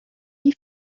die